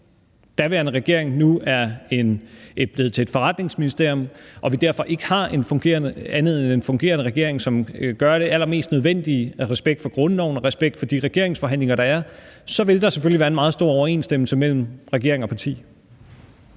daværende regering nu er et forretningsministerium og vi derfor ikke har andet end en fungerende regering, som gør det allermest nødvendige af respekt for grundloven og respekt for de regeringsforhandlinger, der er, så vil der selvfølgelig være en meget stor overensstemmelse mellem regering og parti.